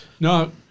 No